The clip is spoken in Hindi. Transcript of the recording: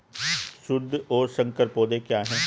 शुद्ध और संकर पौधे क्या हैं?